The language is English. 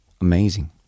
Amazing